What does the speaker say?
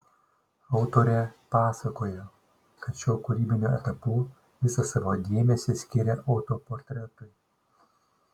autorė pasakojo kad šiuo kūrybiniu etapu visą savo dėmesį skiria autoportretui